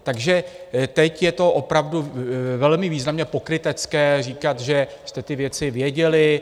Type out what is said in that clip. Takže teď je to opravdu velmi významně pokrytecké říkat, že jste ty věci věděli.